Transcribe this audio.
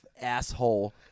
asshole